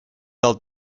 del